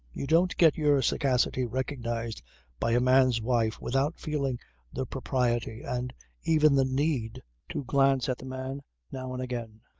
you don't get your sagacity recognized by a man's wife without feeling the propriety and even the need to glance at the man now and again.